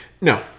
No